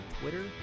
Twitter